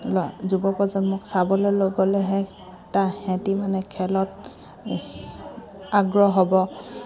ল যুৱ প্ৰজন্মক চাবলৈ লৈ গ'লেহে তাহাঁতে মানে খেলত আগ্ৰহ হ'ব